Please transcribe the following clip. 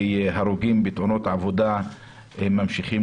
והרוגים בתאונות עבודה ממשיכים,